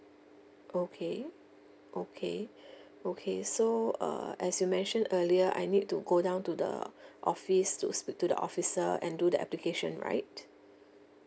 okay okay okay so err as you mentioned earlier I need to go down to the office to speak to the officer and do the application right